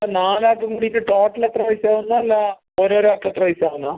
ആ നാലാൾക്കും കൂടീട്ട് ടോട്ടൽ എത്ര പൈസ ആവൂന്നാ ഓരോരാൾക്ക് എത്ര പൈസ ആവൂന്നാ